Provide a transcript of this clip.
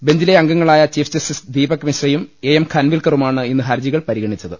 ബെഞ്ചിലെ അംഗ്രങ്ങളായ chief justice Deepak മിശ്രയും A M ഖാൻവിൽക്കറുമാണ് ഇന്ന് ഹർജികൾ പരിഗണിച്ചത്